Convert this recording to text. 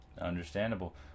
Understandable